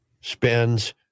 spends